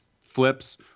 flips